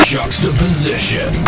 Juxtaposition